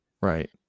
Right